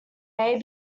may